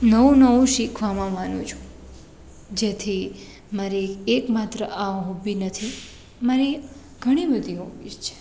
નવું નવું શીખવામાં માનું છું જેથી મારી એકમાત્ર આ હોબી નથી મારી ઘણી બધી હોબીસ છે